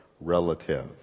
relative